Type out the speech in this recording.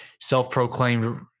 self-proclaimed